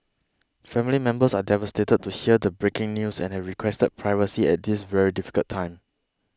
family members are devastated to hear the breaking news and have requested privacy at this very difficult time